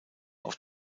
auf